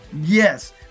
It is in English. Yes